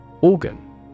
Organ